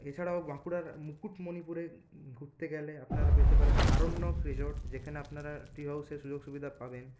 এছাড়াও বাঁকুড়ার মুকুটমণিপুরে ঘুরতে গেলে আপনারা পেতে পারেন আরণ্যক রিসোর্ট যেখানে আপনারা ট্রি হাউসের সুযোগ সুবিধা পাবেন